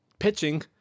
Pitching